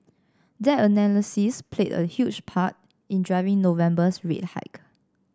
that analysis played a huge part in driving November's rate hike